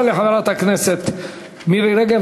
תודה לחברת הכנסת מירי רגב.